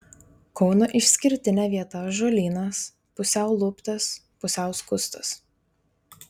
kauno išskirtinė vieta ąžuolynas pusiau luptas pusiau skustas